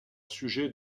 sujet